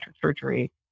surgery